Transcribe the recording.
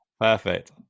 Perfect